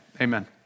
Amen